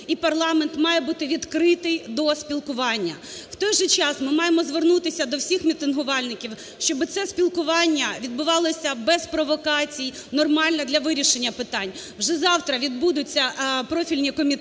і парламент має бути відкритий до спілкування. В той же час ми маємо звернутися до всіх мітингувальників, щоби це спілкування відбувалося без провокацій, нормально для вирішення питань. Вже завтра відбудуться профільні комітети,